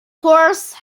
horse